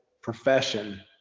profession